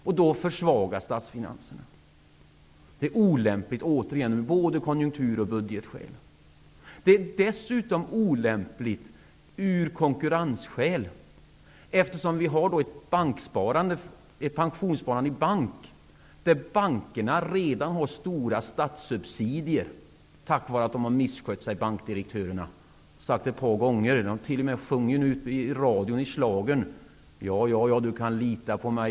Därmed försvagas också statsfinanserna. Förutom att detta förslag är olämpligt att genomföra av både konjunktur och budgetskäl, är det dessutom olämpligt av konkurrensskäl. Bankerna har redan stora statssubsidier, tack vare att bankdirektörerna har misskött sig. I radio har jag hört att man t.o.m. sjunger en schlager med texten: Ja, ja, ja, du kan lita på mig.